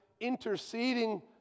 interceding